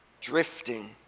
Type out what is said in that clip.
Drifting